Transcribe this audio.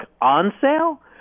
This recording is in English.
on-sale